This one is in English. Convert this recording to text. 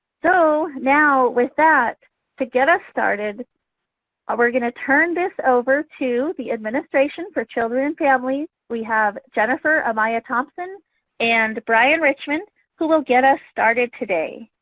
so now with that to get us started ah we're going to turn this over to the administration for children and families. we have jennifer amaya-thompson amaya-thompson and brian richmond who will get us started today.